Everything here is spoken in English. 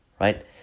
right